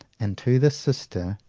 and to this sister,